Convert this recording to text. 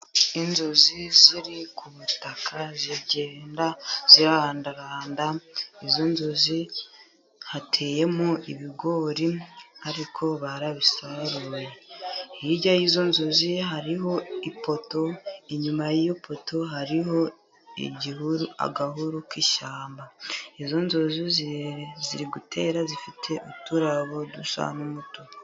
Inzuzi ziri ku butaka zigenda zirandaranda. Izo nzuzi hateyemo ibigori ariko barabisaruye. Hirya y'izo nzuzi hariho ipoto, inyuma y'iyo poto hariho agahuru k'ishyamba. Izo nzuzi ziri gutera zifite uturabo dusa n'umutuku.